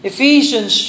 Ephesians